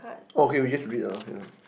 oh okay we just read ah okay uh